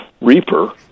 Reaper